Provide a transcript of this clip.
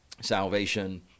Salvation